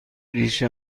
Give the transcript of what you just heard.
ریش